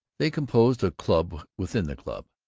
they composed a club within the club,